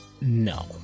no